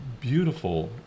beautiful